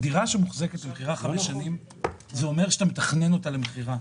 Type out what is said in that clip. דירה שמוחזקת במכירה 5 שנים זה אומר שאתה מתכנן אותה למכירה,